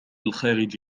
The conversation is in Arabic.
الخارج